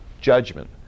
judgment